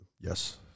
Yes